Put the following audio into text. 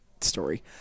story